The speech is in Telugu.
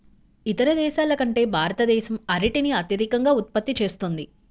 ఇతర దేశాల కంటే భారతదేశం అరటిని అత్యధికంగా ఉత్పత్తి చేస్తుంది